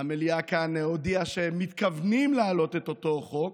במליאה כאן הודיעו שהם מתכוונים להעלות את אותו חוק.